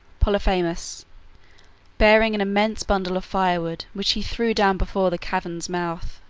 polyphemus, bearing an immense bundle of firewood, which he threw down before the cavern's mouth.